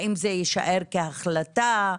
האם זה יישאר כהחלטה?